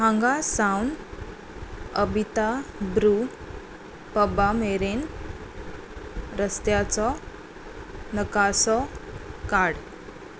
हांगा सावन अबिता ब्रू पबा मेरेन रस्त्याचो नकासो काड